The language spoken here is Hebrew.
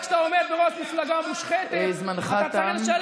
ככה זה כשאתה עומד בראש מפלגה מושחתת, זמנך תם.